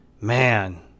man